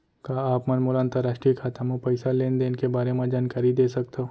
का आप मन मोला अंतरराष्ट्रीय खाता म पइसा लेन देन के बारे म जानकारी दे सकथव?